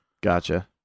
Gotcha